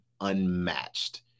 unmatched